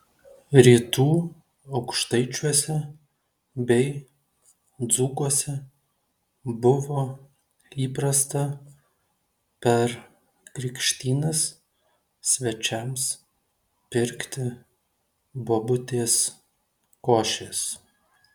rytų aukštaičiuose bei dzūkuose buvo įprasta per krikštynas svečiams pirkti bobutės košės